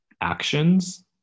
actions